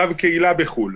בנימוקים ענייניים.